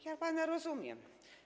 Ja pana rozumiem.